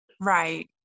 Right